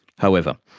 however,